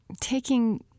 taking